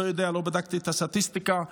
לא בדקתי את הסטטיסטיקה,